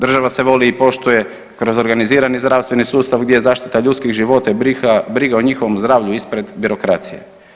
Država se voli i poštuje kroz organizirani zdravstveni sustav gdje je zaštita ljudskih života i briga o njihovom zdravlju ispred birokracije.